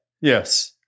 Yes